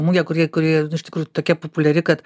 mugę kuri kuri nu iš tikrųjų tokia populiari kad